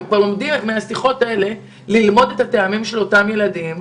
הם כבר לומדים מן השיחות האלה את הטעמים של אותם ילדים,